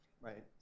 right